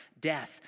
death